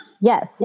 Yes